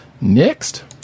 Next